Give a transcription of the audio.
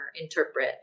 interpret